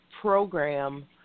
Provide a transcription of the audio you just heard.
program